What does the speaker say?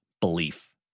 belief